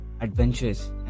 adventures